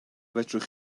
fedrwch